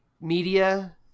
media